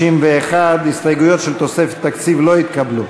61. ההסתייגויות של תוספת תקציב לא התקבלו.